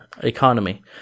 economy